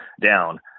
down